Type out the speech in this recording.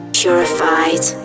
purified